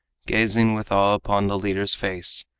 gazing with awe upon the leader's face,